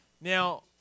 Now